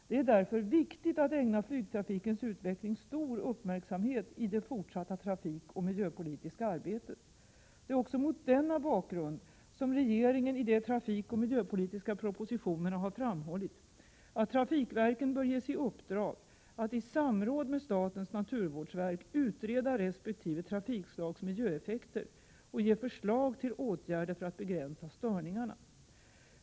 Det är därför viktigt att ägna flygtrafikens utveckling stor uppmärksamhet i det fortsatta trafikoch miljöpolitiska arbetet. Det är också mot denna bakgrund som regeringen i de trafikoch miljöpolitiska propositionerna har framhållit att trafikverken bör gesi uppdrag att i samråd med statens naturvårdsverk utreda resp. trafikslags miljöeffekter och ge förslag till åtgärder för att begränsa störningarna.